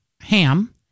ham